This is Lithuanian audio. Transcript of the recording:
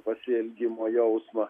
pasiilgimo jausmą